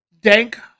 dank